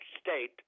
state